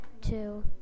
two